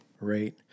Right